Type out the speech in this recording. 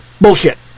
Bullshit